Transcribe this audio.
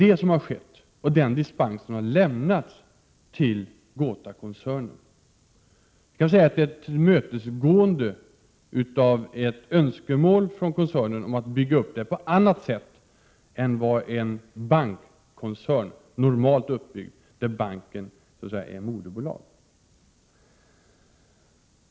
En sådan dispens har lämnats till GotaGruppen-koncernen. Man kan säga att regeringen har tillmötesgått ett önskemål från koncernen att bygga upp verksamheten på annat sätt än det normala, där banken är moderbolag.